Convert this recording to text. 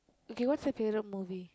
okay what's your favourite movie